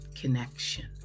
connection